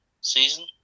season